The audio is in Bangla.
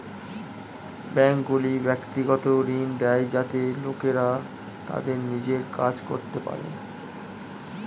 ব্যাঙ্কগুলি ব্যক্তিগত ঋণ দেয় যাতে লোকেরা তাদের নিজের কাজ করতে পারে